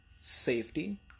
safety